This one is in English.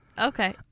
Okay